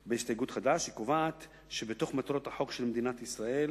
חד"ש, שקובעת שבתוך מטרות החוק של מדינת ישראל